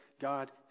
God